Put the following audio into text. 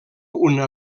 una